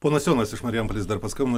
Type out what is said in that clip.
ponas jonas iš marijampolės dar paskambino